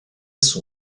son